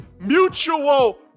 mutual